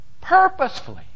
purposefully